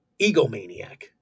egomaniac